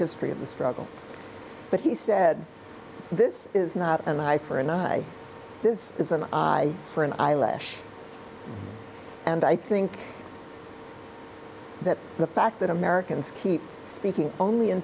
history of the struggle but he said this is not an eye for an eye this is an eye for an eyelash and i think that the fact that americans keep speaking only in